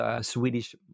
Swedish